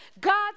God